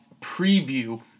preview